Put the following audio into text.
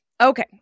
Okay